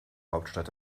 hauptstadt